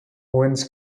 owens